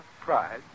pride